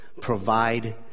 provide